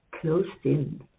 closed-in